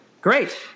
Great